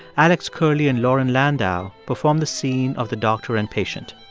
alex curley and lauren landau perform the scene of the doctor and patient.